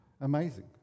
Amazing